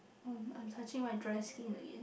oh I'm touching my dry skin again